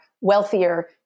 wealthier